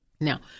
Now